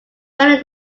running